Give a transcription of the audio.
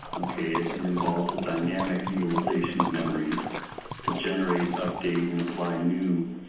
okay, it involves a dynamic utilisation of memories to generate, update and apply new,